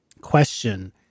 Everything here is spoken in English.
question